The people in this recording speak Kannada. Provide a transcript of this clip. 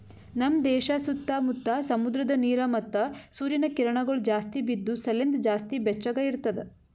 ನಮ್ ದೇಶ ಸುತ್ತಾ ಮುತ್ತಾ ಸಮುದ್ರದ ನೀರ ಮತ್ತ ಸೂರ್ಯನ ಕಿರಣಗೊಳ್ ಜಾಸ್ತಿ ಬಿದ್ದು ಸಲೆಂದ್ ಜಾಸ್ತಿ ಬೆಚ್ಚಗ ಇರ್ತದ